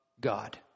God